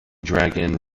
dragon